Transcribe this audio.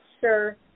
sure